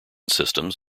systems